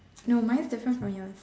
no mine is different from yours